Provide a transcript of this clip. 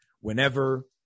whenever